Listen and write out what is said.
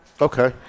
Okay